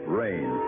rain